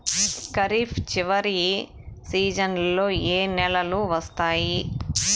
ఖరీఫ్ చివరి సీజన్లలో ఏ నెలలు వస్తాయి?